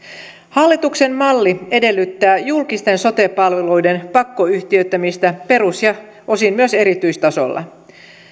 hallituksen malli edellyttää julkisten sote palveluiden pakkoyhtiöittämistä perus ja osin myös erityistasolla